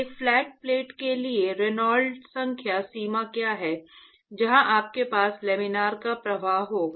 एक flat plate के लिए रेनॉल्ड्स संख्या सीमा क्या है जहां आपके पास लामिनार का प्रवाह होगा